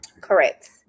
Correct